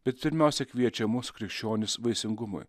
bet pirmiausia kviečia mus krikščionis vaisingumui